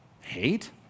Hate